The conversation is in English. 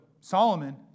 Solomon